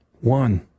one